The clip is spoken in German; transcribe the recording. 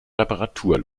reparatur